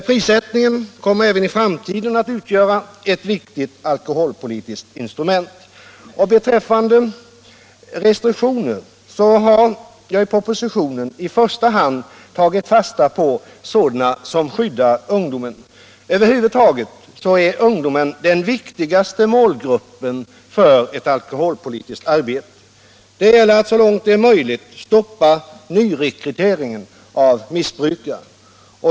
Prissättningen kommer även i framtiden att utgöra ett viktigt alko holpolitiskt instrument. Och beträffande restriktioner har jag i propositionen i första hand tagit fasta på sådana som skyddar ungdomen. Över huvud taget är ungdomen den viktigaste målgruppen för ett alkoholpolitiskt arbete. Det gäller att så långt det är möjligt stoppa nyrekryteringen av missbrukare.